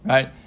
Right